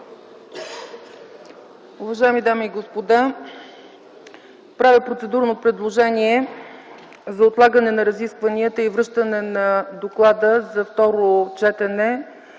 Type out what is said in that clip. Уважаеми дами и господа, правя процедурно предложение за отлагане на разискванията и връщане на доклада за второ четене